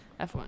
F1